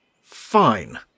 Fine